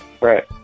Right